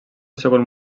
segon